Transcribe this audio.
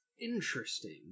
Interesting